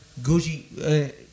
Gucci